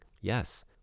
yes